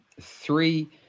three